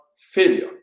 failure